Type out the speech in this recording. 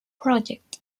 project